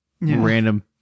random